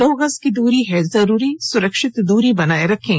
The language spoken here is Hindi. दो गज की दूरी है जरूरी सुरक्षित दूरी बनाए रखें